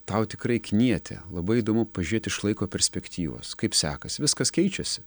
tau tikrai knieti labai įdomu pažiūrėti iš laiko perspektyvos kaip sekasi viskas keičiasi